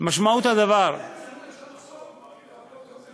אין מחסור עכשיו?